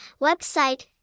website